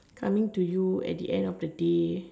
coming to you at the end of the day